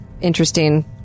interesting